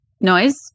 noise